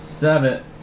seven